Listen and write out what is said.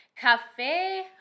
Cafe